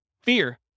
Fear